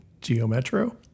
Geometro